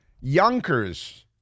Yonkers